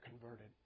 converted